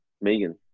Megan